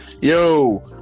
Yo